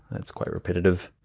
that's quite repetitive.